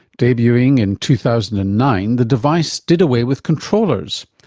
debuting in two thousand and nine, the device did away with controllers.